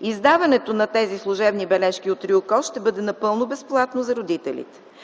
Издаването на тези служебни бележки от РИОКОЗ ще бъде напълно безплатно за родителите.